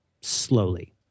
slowly